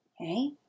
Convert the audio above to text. Okay